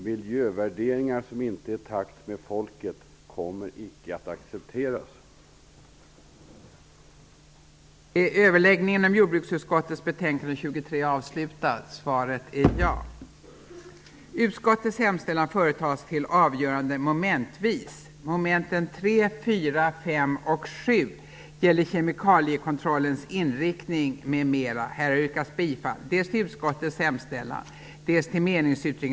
Miljövärderingar som inte är i pakt med folket kommer icke att accepteras, Lennart